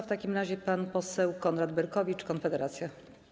W takim razie pan poseł Konrad Berkowicz, Konfederacja.